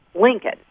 lincoln